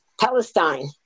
Palestine